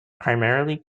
primarily